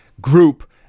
group